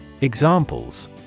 Examples